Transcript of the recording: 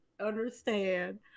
understand